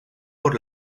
por